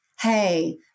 hey